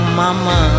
mama